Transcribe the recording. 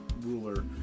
ruler